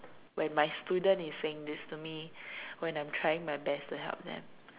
when my student is saying this to me when I'm trying my best to help them